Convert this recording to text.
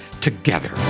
together